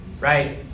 right